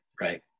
Right